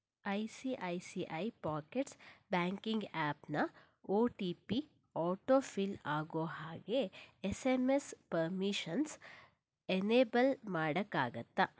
I C I C I pockets banking ಆ್ಯಪ್ನ O T P autofill ಆಗೋ ಹಾಗೆ S M S permissions enable ಮಾಡೋಕ್ಕಾಗತ್ತಾ